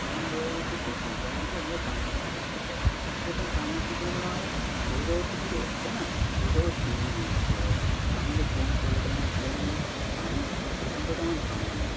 প্রধান গ্রহ রয়েছে পৃথিবী যার মধ্যে আমরা প্রাণের অস্তিত্ব দেখতে পাই এরকম প্রাণের অস্তিত্ব মনে হয় আমরা সৌরজগত তো শুধু একটা না সৌরজগত বিভিন্ন জগত সৌরজগত তার মধ্যে কোন সৌরজগতের মধ্যে কোন কোন প্রাণী বসবাস করে সেই সম্পর্কে আমার ধারণা নেই